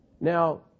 Now